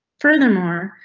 furthermore,